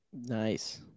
Nice